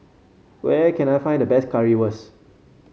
where can I find the best Currywurst